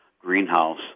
greenhouse